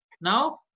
Now